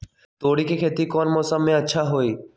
तोड़ी के खेती कौन मौसम में अच्छा होई?